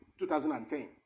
2010